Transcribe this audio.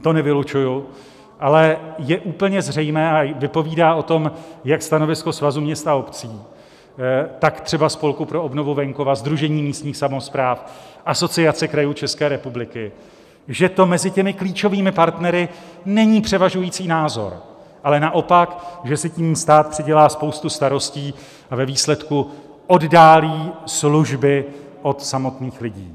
To nevylučuji, ale je úplně zřejmé, a vypovídá o tom jak stanovisko Svazu měst a obcí, tak třeba Spolku pro obnovu venkova, Sdružení místních samospráv, Asociace krajů České republiky, že to mezi těmi klíčovými partnery není převažující názor, ale naopak, že si tím stát přidělá spoustu starostí a ve výsledku oddálí služby od samotných lidí.